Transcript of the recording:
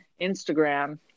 Instagram